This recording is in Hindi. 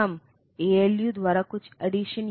तो हम 8 बिट का मतलब समझने की कोशिश करते हैं